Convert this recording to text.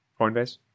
Coinbase